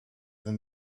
than